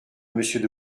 monsieur